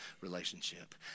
relationship